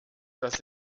dass